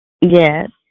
Yes